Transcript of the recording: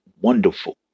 wonderful